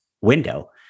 window